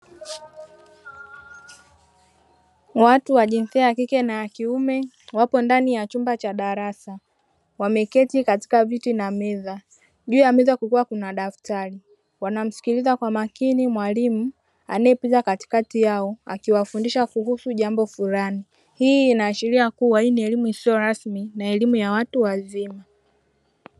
Watu wa jinsia ya kike naya kiume wapo ndani ya chumba cha darasa wameketi katika viti na meza, juu ya meza kukiwa na dafutari wanamsikiliza kwa makini mwalimu anayepita katikati yao akiwafundisha kuhusu jambo fulani, hii inaashiria kuwa hii ni elimu isiyo rasimi na elimu ya watu wazima.